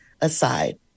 aside